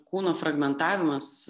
kūno fragmentavimas